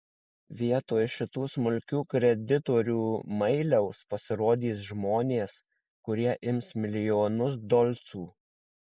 vietoj šitų smulkių kreditorių mailiaus pasirodys žmonės kurie ims milijonus dolcų